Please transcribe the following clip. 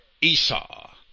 Esau